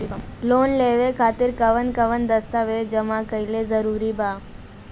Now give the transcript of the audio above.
Loan लेवे खातिर कवन कवन दस्तावेज जमा कइल जरूरी बा?